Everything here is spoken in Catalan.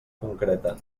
concreta